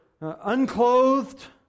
unclothed